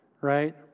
right